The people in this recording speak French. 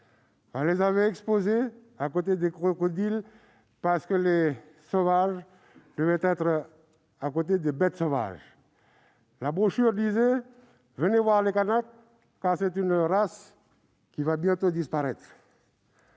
On les avait exposés, à côté des crocodiles, parce que les « sauvages » devaient être aux côtés des bêtes sauvages. La brochure disait :« Venez voir les Kanaks, car c'est une race qui va bientôt disparaître.